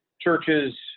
churches